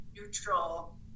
neutral